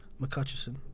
McCutcheon